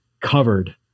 covered